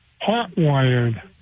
hot-wired